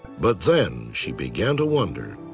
but then she began to wonder.